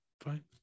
fine